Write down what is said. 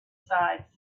sides